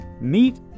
meet